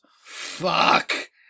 Fuck